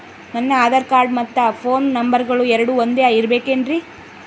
ನನ್ನ ಆಧಾರ್ ಕಾರ್ಡ್ ಮತ್ತ ಪೋನ್ ನಂಬರಗಳು ಎರಡು ಒಂದೆ ಇರಬೇಕಿನ್ರಿ?